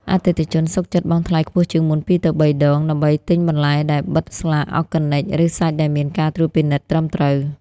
អតិថិជនសុខចិត្តបង់ថ្លៃខ្ពស់ជាងមុន ២ ទៅ ៣ ដង ដើម្បីទិញបន្លែដែលបិទស្លាក "Organic" ឬសាច់ដែលមានការត្រួតពិនិត្យត្រឹមត្រូវ។